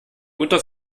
unter